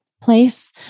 place